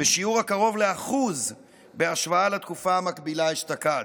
בשיעור הקרוב ל-1% בהשוואה לתקופה המקבילה אשתקד.